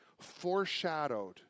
foreshadowed